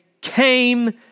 came